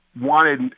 wanted